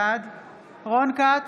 בעד רון כץ,